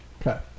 Okay